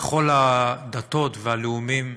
בכל הדתות והלאומים,